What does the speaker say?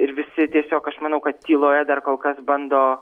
ir visi tiesiog aš manau kad tyloje dar kol kas bando